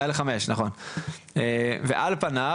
על פניו,